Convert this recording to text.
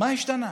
מה השתנה?